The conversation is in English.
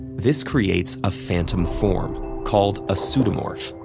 this creates a phantom form, called a pseudomorph,